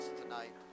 tonight